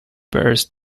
bears